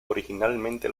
originalmente